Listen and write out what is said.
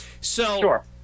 Sure